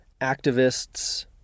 activists